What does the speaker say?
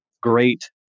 great